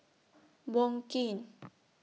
Wong Keen